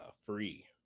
free